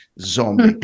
zombie